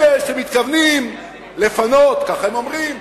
אלה שמתכוונים לפנות, ככה הם אומרים,